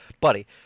buddy